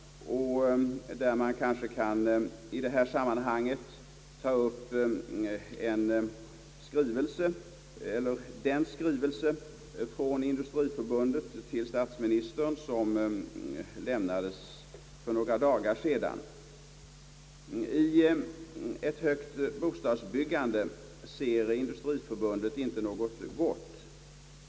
Jag kan kanske i detta sammanhang erinra om den skrivelse som Sveriges industriförbund lämnade till statsministern för några dagar sedan. I ett högt bostadsbyggande ser Industriförbundet inte något gott.